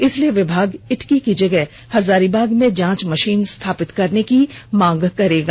इसलिए विभाग इटकी की जगह हजारीबाग में जांच मशीन स्थापति करने की मांग करेगी